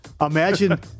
Imagine